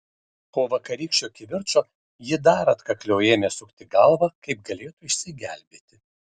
po vakarykščio kivirčo ji dar atkakliau ėmė sukti galvą kaip galėtų išsigelbėti